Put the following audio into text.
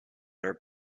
are